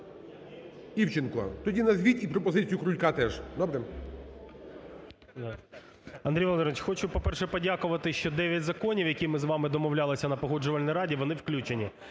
Івченко, тоді назвіть і пропозицію Крулька теж. 10:38:17 ІВЧЕНКО В.Є. Андрій Володимирович, хочу, по-перше, подякувати, що дев'ять законів, які ми з вами домовлялися на Погоджувальній раді, вони включені.